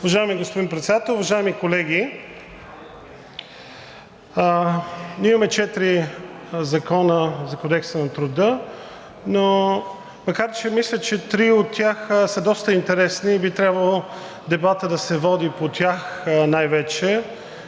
Уважаеми господин Председател, уважаеми колеги! Имаме четири закона за Кодекса на труда, макар че мисля, че три от тях са доста интересни и би трябвало дебатът да се води по тях най-вече.